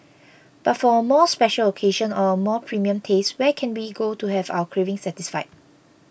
but for a more special occasion or a more premium taste where can we go to have our craving satisfied